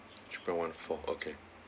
three point one four okay